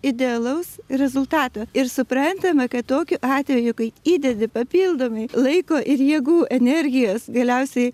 idealaus rezultato ir suprantame kad tokiu atveju kai įdedi papildomai laiko ir jėgų energijos galiausiai